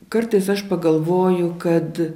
kartais aš pagalvoju kad